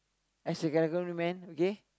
as you gotta go do man okay